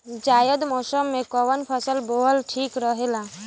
जायद मौसम में कउन फसल बोअल ठीक रहेला?